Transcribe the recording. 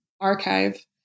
archive